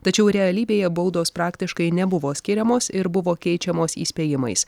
tačiau realybėje baudos praktiškai nebuvo skiriamos ir buvo keičiamos įspėjimais